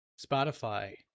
Spotify